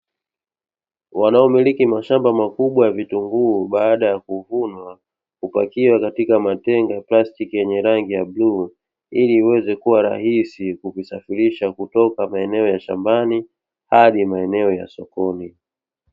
Wanaomiliki mashamba makubwa ya vitunguu baada ya kuvunwa hupakia katika matenga ya plastiki ya rangi ya bluu ili iweze kua rahisi kuvisafirisha kutoka maeneo ya shambani hadi maeneo ya sokoni.